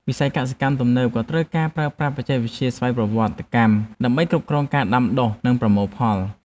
វិស័យកសិកម្មទំនើបក៏ត្រូវការប្រើប្រាស់បច្ចេកវិទ្យាស្វ័យប្រវត្តិកម្មដើម្បីគ្រប់គ្រងការដាំដុះនិងប្រមូលផល។